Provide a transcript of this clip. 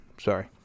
Sorry